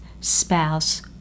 spouse